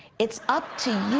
it's up to